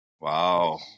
Wow